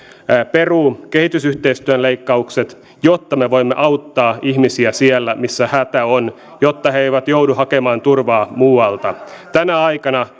peruu kehitysyhteistyön leikkaukset jotta me voimme auttaa ihmisiä siellä missä hätä on jotta he eivät joudu hakemaan turvaa muualta tänä aikana